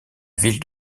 ville